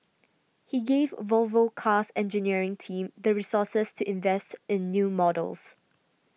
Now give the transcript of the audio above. he gave Volvo Car's engineering team the resources to invest in new models